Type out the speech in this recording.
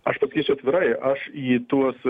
aš pasakysiu atvirai aš į tuos